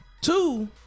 Two